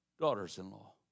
daughters-in-law